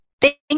Thank